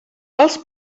els